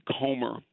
Comer